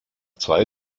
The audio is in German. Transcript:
zwei